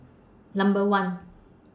Number one